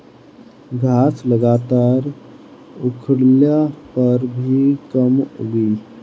घास लगातार उखड़ले पर भी कम उगी